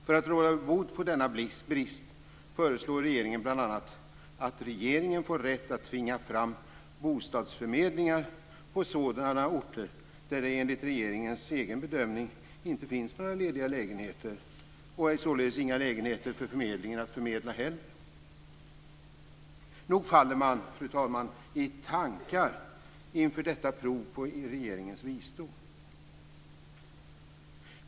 För att råda bot på denna brist föreslår regeringen bl.a. att regeringen får rätt att tvinga fram bostadsförmedlingar på sådana orter där det enligt regeringens egen bedömning inte finns några lediga lägenheter och således heller inga lägenheter för förmedlingen att förmedla. Nog faller man, fru talman, i tankar inför detta prov på regeringens visdom.